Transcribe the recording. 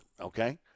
okay